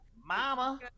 mama